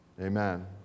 Amen